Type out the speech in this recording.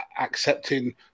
accepting